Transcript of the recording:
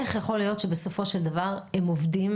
איך יכול להיות שבסופו של דבר הם עובדים